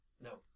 No